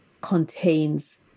contains